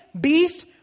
beast